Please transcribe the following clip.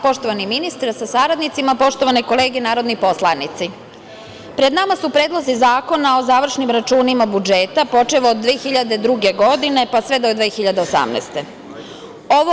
Poštovani ministre sa saradnicima, poštovane kolege narodni poslanici, pred nama su predlozi zakona o završnim računima budžeta, počev od 2002. godine pa sve do 2018. godine.